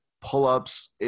pull-ups